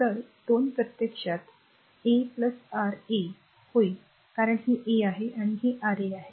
तर 2 प्रत्यक्षात a R a होईल कारण हे a आहे आणि हे R a आहे